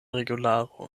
regularo